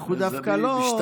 אני קשוב לציבור.